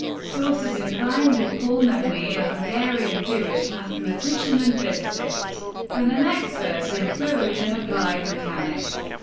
sources implying that paul nemenyi, a hungarian-jewish mathematician and physicist and an expert in fluid and applied mechanics,